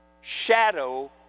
shadow